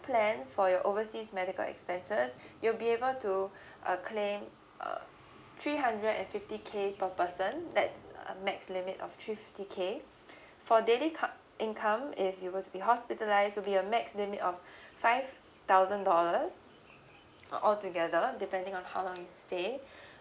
plan for your overseas medical expenses you'll be able to uh claim a three hundred and fifty K per person that a max limit of three fifty K for daily income if you were to be hospitalised will be a max limit of five thousand dollars uh all together depending on how long you stay